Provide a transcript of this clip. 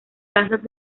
casas